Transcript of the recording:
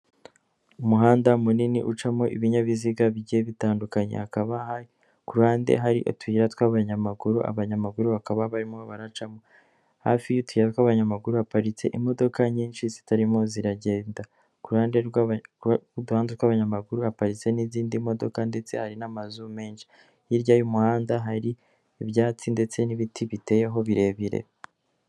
Umuhanda munini ucamo ibinyabiziga bijye bitandukanye, hakaba ku ruhande hari utuyira tw'abanyamaguru, abanyamaguru bakaba barimo baracamo hafi y'utuyira tw'abanyamaguru haparitse imodoka nyinshi zitarimo ziragenda, ku ruhande rw'uduhanda w'abanyamaguru haparitse n'izindi modoka ndetse hari n'amazu menshi hirya y'umuhanda hari ibyatsi ndetse n'ibiti biteyeho birebire.